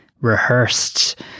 rehearsed